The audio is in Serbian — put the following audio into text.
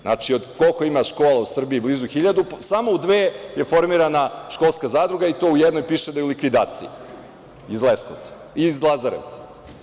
Znači, koliko ima škola u Srbiji, blizu hiljadu, samo u dve je formirana školska zadruga, i to o jednoj piše da je u likvidaciji, iz Lazarevca.